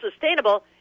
sustainable